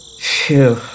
Phew